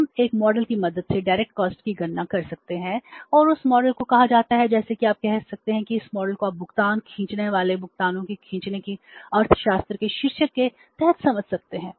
इसे जानने के लिए एक स्पष्ट मॉडल को कहा जाता है जैसा कि आप कह सकते हैं कि इस मॉडल को आप भुगतान खींचने वाले भुगतानों को खींचने के अर्थशास्त्र के शीर्षक के तहत समझ सकते हैं